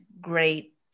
great